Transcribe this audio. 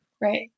Right